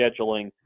scheduling